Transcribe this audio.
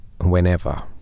whenever